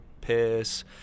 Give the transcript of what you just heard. piss